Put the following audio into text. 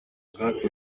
ubwatsi